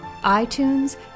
iTunes